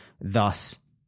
thus